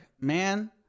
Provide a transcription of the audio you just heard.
man